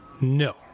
No